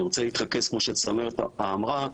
אני רוצה להתרכז כמו שצמרת אמרה,